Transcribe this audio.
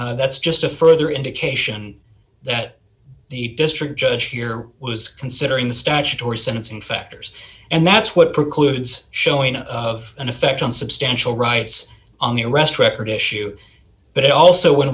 that's just a further indication that the district judge here was considering the statutory sentencing factors and that's what precludes showing of an effect on substantial rights on the arrest record issue but it also w